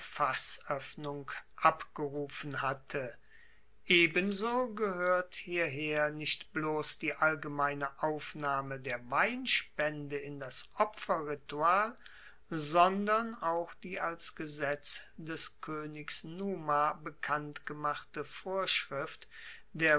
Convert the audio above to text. fassoeffnung abgerufen hatte ebenso gehoert hierher nicht bloss die allgemeine aufnahme der weinspende in das opferritual sondern auch die als gesetz des koenigs numa bekannt gemachte vorschrift der